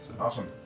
Awesome